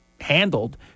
handled